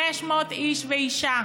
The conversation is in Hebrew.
5,000 איש ואישה